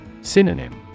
Synonym